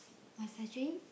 what's a dream